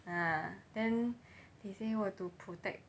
ah then they say were to protect